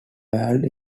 bald